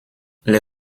les